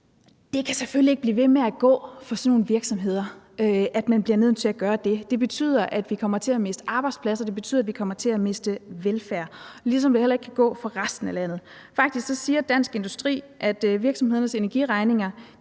Det kan selvfølgelig ikke blive ved med at gå for sådan nogle virksomheder, at man bliver nødt til at gøre det. Det betyder, at vi kommer til at miste arbejdspladser, det betyder, at vi kommer til at miste velfærd, ligesom det heller ikke kan gå for resten af landet. Faktisk siger Dansk Industri, at virksomhedernes energiregninger